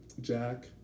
Jack